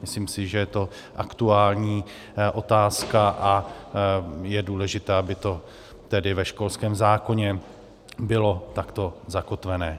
Myslím si, že je to aktuální otázka a je důležité, aby to tedy ve školském zákoně bylo takto zakotvené.